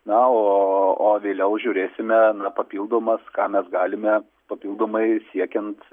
na o o vėliau žiūrėsime na papildomas ką mes galime papildomai siekiant